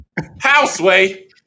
houseway